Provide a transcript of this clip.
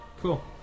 Cool